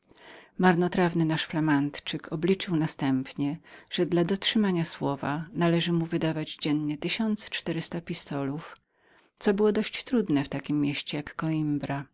marnotrawny nasz flamandczyk wyrachował następnie że dla dotrzymania słowa należało mu wydawać dziennie tysiąc czterysta pistolów co było dość trudnem w takiem mieście jak koimbra